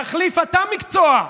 תחליף אתה מקצוע.